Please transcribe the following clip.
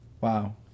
wow